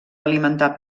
alimentar